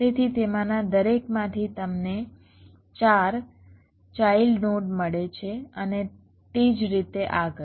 તેથી તેમાંના દરેકમાંથી તમને 4 ચાઇલ્ડ નોડ મળે છે અને તે જ રીતે આગળ